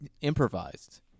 improvised